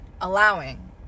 allowing